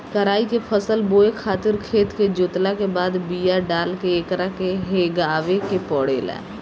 कराई के फसल बोए खातिर खेत के जोतला के बाद बिया डाल के एकरा के हेगावे के पड़ेला